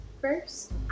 first